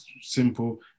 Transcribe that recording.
simple